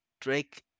Drake